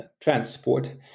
transport